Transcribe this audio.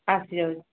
ଆସି ଯାଉଛି